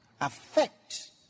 affect